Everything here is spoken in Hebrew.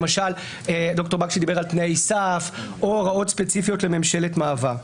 למשל ד"ר בקשי דיבר על תנאי סף או הוראות ספציפיות לממשלת מעבר.